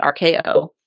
RKO